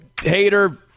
hater